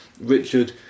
Richard